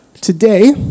today